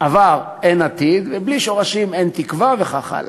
עבר אין עתיד ובלי שורשים אין תקווה וכך הלאה.